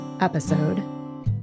episode